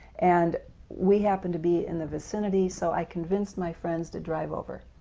and we happened to be in the vicinity, so i convinced my friends to drive over.